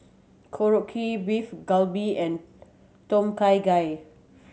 Korokke Beef Galbi and Tom Kha Gai